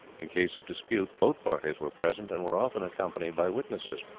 in cases of dispute both parties were present and were often accompanied by witnesses.